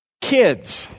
kids